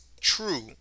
true